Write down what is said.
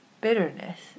bitterness